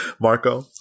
Marco